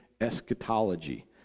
eschatology